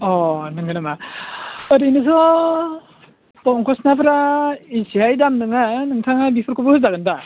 अ नंगौ नामा ओरैनोथ' पंखस नाफोरा इसेहाय दाम नङा नोंथाङा बेफोरखौबो होजागोन दा